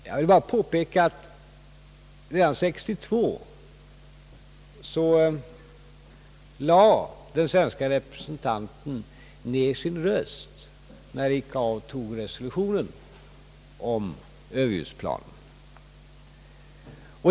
Jag vill bara påpeka att redan 1962 lade den svenske representanten ner sin röst när ICAO antog resolutionen om överljudsplan.